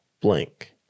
blank